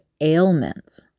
ailments